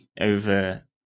over